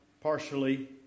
partially